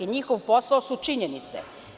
Njihov posao su činjenice.